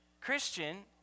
Christian